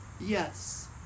yes